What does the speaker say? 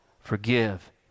forgive